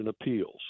appeals